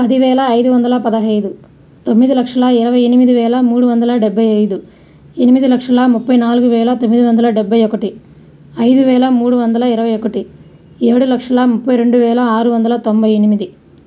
పదివేల ఐదు వందల పదహైదు తొమ్మిది లక్షల ఇరవై ఎనిమిది వేల మూడు వందల డెబ్బై ఐదు ఎనిమిది లక్షల ముప్పై నాలుగు వేల తొమ్మిది వందల డెబ్బై ఒకటి ఐదు వేల మూడు వందల ఇరవై ఒకటి ఏడు లక్షల ముప్పై రెండు వేల ఆరు వందల తొంభై ఎనిమిది